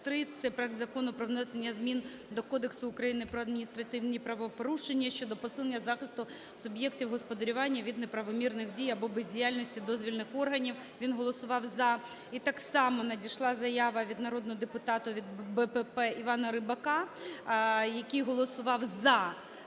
це проект Закону про внесення змін до Кодексу України про адміністративні правопорушення щодо посилення захисту суб'єктів господарювання від неправомірних дій або бездіяльності дозвільних органів. Він голосував "за". І так само надійшла заява від народного депутата від БПП Івана Рибака, який голосував за